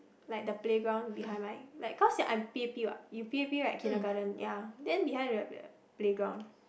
like the playground behind right like cause I'm P_A_P what you P_A_P right kindergarten ya then behind very weird playground